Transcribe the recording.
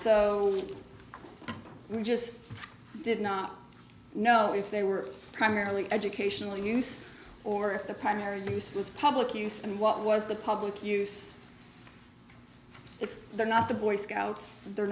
so we just did not know if they were primarily educational use or if the primary use was public use and what was the public use if they're not the boy scouts